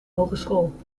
hogeschool